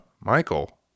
Michael